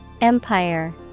empire